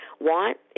want